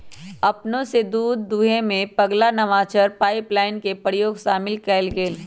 अपने स दूध दूहेमें पगला नवाचार पाइपलाइन के प्रयोग शामिल कएल गेल